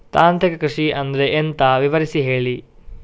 ತಾಂತ್ರಿಕ ಕೃಷಿ ಅಂದ್ರೆ ಎಂತ ವಿವರಿಸಿ ಹೇಳಿ